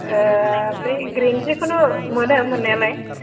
ओमफ्राय ग्रिन जिखुनु मोनो मोननायालाय